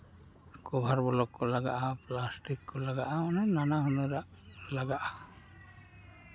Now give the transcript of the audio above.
ᱠᱚᱵᱷᱟᱨ block ᱞᱟᱜᱟᱜᱼᱟ plastic ᱠᱚ ᱞᱟᱜᱟᱜᱼᱟ ᱢᱟᱱᱮ ᱱᱟᱱᱟ ᱦᱩᱱᱟᱹᱨ ᱟᱜ ᱞᱟᱜᱟᱜᱼᱟ